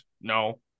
No